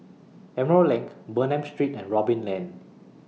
Emerald LINK Bernam Street and Robin Lane